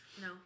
No